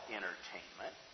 entertainment